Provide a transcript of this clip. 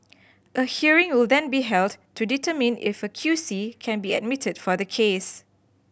a hearing will then be held to determine if a Q C can be admitted for the case